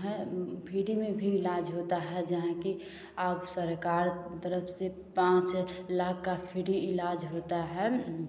हैं फ्री में भी इलाज होता है जहाँ कि आप सरकार की तरफ से पाँच लाख का फ्री इलाज होता है